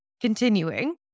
continuing